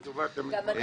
תודה רבה.